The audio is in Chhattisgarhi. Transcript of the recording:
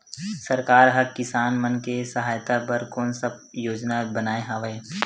सरकार हा किसान मन के सहायता बर कोन सा योजना बनाए हवाये?